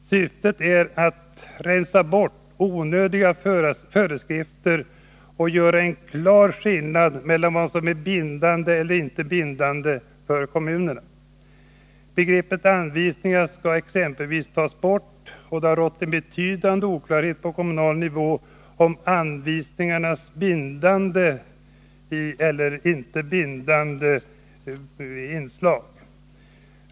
Syftet är att rensa bort onödiga föreskrifter och göra en klar skillnad mellan vad som är bindande och inte bindande för kommunerna. Begreppet anvisningar skall exempelvis tas bort. Det har rått en betydande oklarhet på kommunal nivå om anvisningar är bindande eller inte.